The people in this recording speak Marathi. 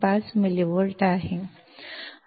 0135 मिलीव्होल्ट आहेत